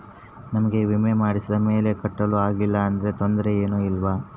ನಮಗೆ ವಿಮೆ ಮಾಡಿಸಿದ ಮೇಲೆ ಕಟ್ಟಲು ಆಗಿಲ್ಲ ಆದರೆ ತೊಂದರೆ ಏನು ಇಲ್ಲವಾ?